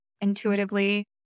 intuitively